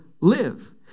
live